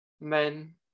men